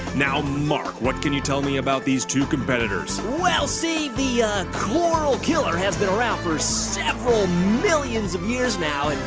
now, mark, what can you tell me about these two competitors? well, see, the ah coral killer has been around for several millions of years now and,